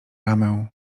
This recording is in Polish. ramę